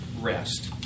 rest